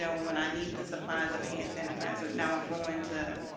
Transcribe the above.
and when i need the supplies of hand sanitizer, now i'm going to